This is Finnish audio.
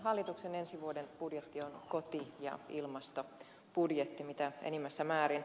hallituksen ensi vuoden budjetti on koti ja ilmastobudjetti mitä enimmässä määrin